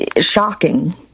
shocking